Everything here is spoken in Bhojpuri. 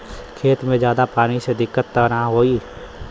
खेत में ज्यादा पानी से दिक्कत त नाही होई?